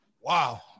wow